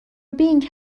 بینگ